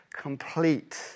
Complete